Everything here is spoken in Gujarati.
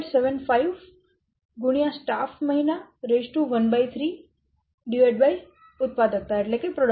75 x સ્ટાફ મહિના 13 ઉત્પાદકતા 0